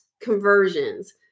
conversions